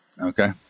okay